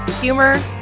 humor